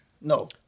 No